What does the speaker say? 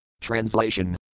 Translation